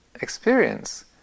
experience